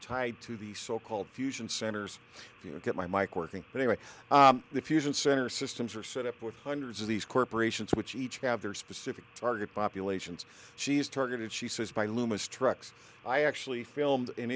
tied to the so called fusion centers you know get my mike working in a way the fusion center systems are set up with hundreds of these corporations which each have their specific target populations she's targeted she says by loomis trucks i actually filmed